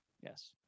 Yes